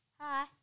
Hi